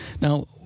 Now